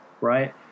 Right